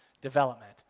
development